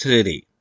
City